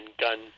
gun